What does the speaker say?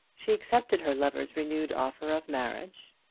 she accepted her lover's renewed offer of marriage,